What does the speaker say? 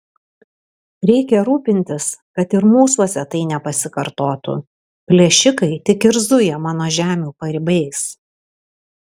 reikia rūpintis kad ir mūsuose tai nepasikartotų plėšikai tik ir zuja mano žemių paribiais